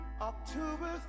October